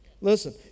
Listen